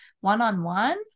one-on-one